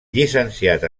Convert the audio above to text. llicenciat